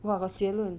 what was 结论